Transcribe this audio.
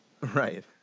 Right